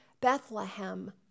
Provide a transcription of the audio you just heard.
Bethlehem